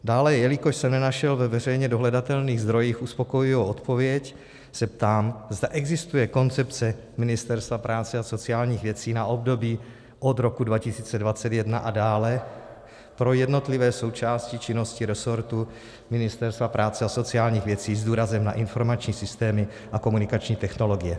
Dále, jelikož jsem nenašel ve veřejně dohledatelných zdrojích uspokojivou odpověď, ptám se, zda existuje koncepce Ministerstva práce a sociálních věcí na období od roku 2021 a dále pro jednotlivé součásti činnosti resortu Ministerstva práce a sociálních věcí s důrazem na informační systémy a komunikační technologie.